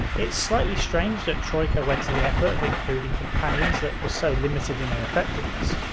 it's slightly strange that troika went to the effort of including companions that were so limited in their effectiveness.